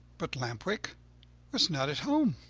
but lamp-wick was not at home.